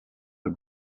her